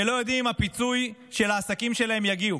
ולא יודעים אם הפיצוי של העסקים שלהם יגיע,